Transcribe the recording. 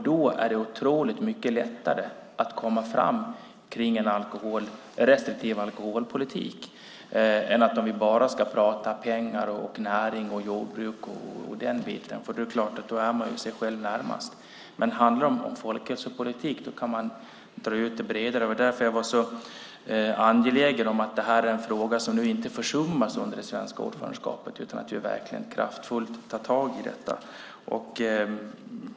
Då är det otroligt mycket lättare att komma fram med en restriktiv alkoholpolitik än om vi bara ska prata pengar, näring och jordbruk eftersom man är sig själv närmast då. Om det handlar om folkhälsopolitik kan man dra ut det bredare. Det var därför jag var så angelägen om att detta inte ska bli en fråga som försummas under det svenska ordförandeskapet utan att vi verkligen kraftfullt tar tag i detta.